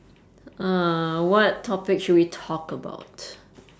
uh what topic should we talk about